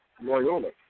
Loyola